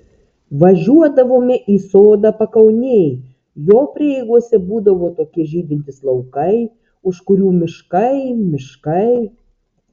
važiuodavome į sodą pakaunėj jo prieigose būdavo tokie žydintys laukai už kurių miškai miškai